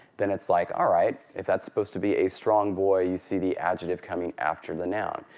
then it's like all right. if that's supposed to be a strong boy, you see the adjective coming after the noun.